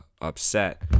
upset